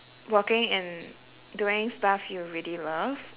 working and doing stuff you really love